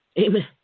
Amen